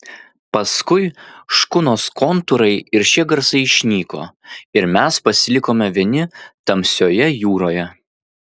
paskui škunos kontūrai ir šie garsai išnyko ir mes pasilikome vieni tamsioje jūroje